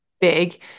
big